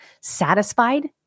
satisfied